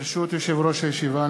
ברשות יושב-ראש הישיבה,